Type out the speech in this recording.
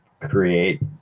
create